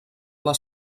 les